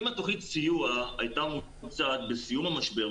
אם תוכנית הסיוע הייתה מוצעת בסיום המשבר,